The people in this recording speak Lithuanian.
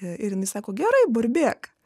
ir jinai sako gerai burbėk